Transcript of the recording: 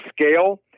scale